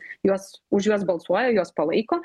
juos už juos balsuoja juos palaiko